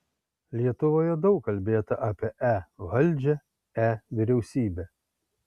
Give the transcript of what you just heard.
lietuvoje daug kalbėta apie e valdžią e vyriausybę